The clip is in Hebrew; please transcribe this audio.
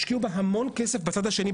השקיעו בה המון כסף בצד השני,